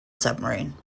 submarine